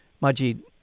Majid